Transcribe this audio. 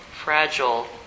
fragile